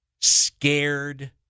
scared